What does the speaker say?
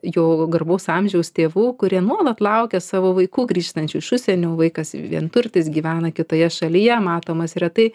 jau garbaus amžiaus tėvų kurie nuolat laukia savo vaikų grįžtančių iš užsienių vaikas vienturtis gyvena kitoje šalyje matomas retai